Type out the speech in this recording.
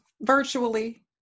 virtually